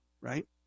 right